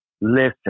listen